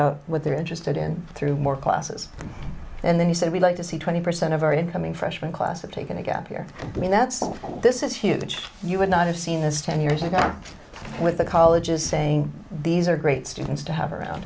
out what they're interested in through more classes and then he said we'd like to see twenty percent of our incoming freshman class are taken a gap year i mean that's why this is huge you would not have seen this ten years ago with the colleges saying these are great students to have around